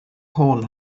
horn